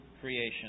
creation